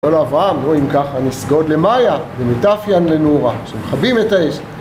כל אברהם, נו, אם ככה נסגוד למאיה, ומטאפיין לנורה, שמכבים את האש.